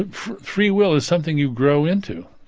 ah free will is something you grow into.